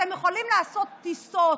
אתם יכולים לעשות טיסות